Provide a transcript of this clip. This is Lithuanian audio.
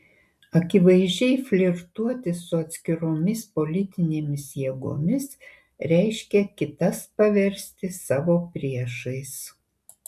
akivaizdžiai flirtuoti su atskiromis politinėmis jėgomis reiškia kitas paversti savo priešais